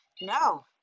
No